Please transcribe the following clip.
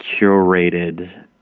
curated